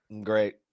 great